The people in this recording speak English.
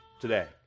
today